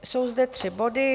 Jsou zde tři body.